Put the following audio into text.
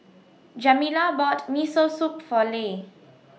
Jamila bought Miso Soup For Le